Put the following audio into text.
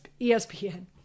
ESPN